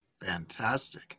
Fantastic